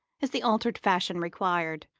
as the altered fashion required.